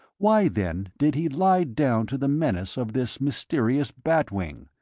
why, then, did he lie down to the menace of this mysterious bat wing,